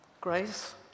grace